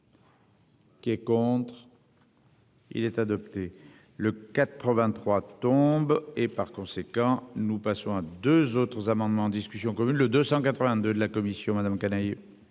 Qui est contre. Il est adopté le. 83 tombe et par conséquent, nous passons à 2 autres amendements en discussion commune le 282 de la commission, madame Canayer.